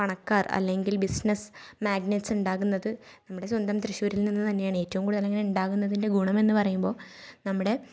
പണക്കാർ അല്ലെങ്കിൽ ബിസിനസ്സ് മാഗ്നെറ്റ്സുണ്ടാകുന്നത് നമ്മുടെ സ്വന്തം തൃശ്ശൂരിൽ നിന്നു തന്നെയാണ് ഏറ്റവും കൂടുതൽ അങ്ങനെയുണ്ടാകുന്നതിൻ്റെ ഗുണമെന്ന് പറയുമ്പോൾ നമ്മുടെ